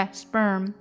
？sperm